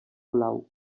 blau